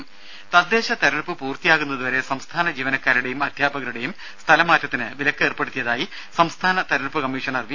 രും തദ്ദേശ തിരഞ്ഞെടുപ്പ് പൂർത്തിയാകുന്നതുവരെ സംസ്ഥാന ജീവനക്കാരുടെയും അദ്ധ്യാപകരുടെയും സ്ഥലമാറ്റത്തിന് വിലക്ക് ഏർപ്പെടുത്തിയതായി സംസ്ഥാന തിരഞ്ഞെടുപ്പ് കമ്മീഷണർ വി